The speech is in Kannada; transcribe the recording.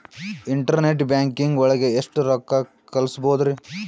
ಇಂಟರ್ನೆಟ್ ಬ್ಯಾಂಕಿಂಗ್ ಒಳಗೆ ಎಷ್ಟ್ ರೊಕ್ಕ ಕಲ್ಸ್ಬೋದ್ ರಿ?